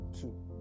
Two